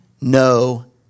no